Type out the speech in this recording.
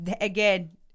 again